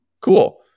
cool